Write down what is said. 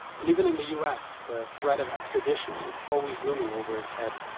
and even in the us, the threat of extradition is always looming over his head.